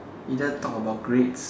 either talk about grades